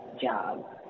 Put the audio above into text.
job